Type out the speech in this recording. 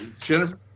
Jennifer